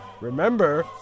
Remember